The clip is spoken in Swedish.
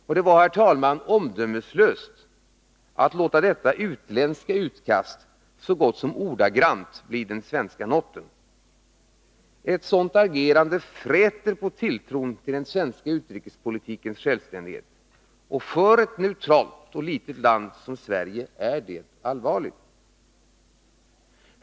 Och det var, herr talman, omdömeslöst att låta detta utländska utkast så gott som ordagrant bli den svenska noten. Ett sådant agerande fräter på tilltron till den svenska utrikespolitikens självständighet. För ett neutralt och litet land som Sverige är det allvarligt.